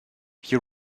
you